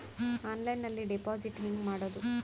ಆನ್ಲೈನ್ನಲ್ಲಿ ಡೆಪಾಜಿಟ್ ಹೆಂಗ್ ಮಾಡುದು?